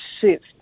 shift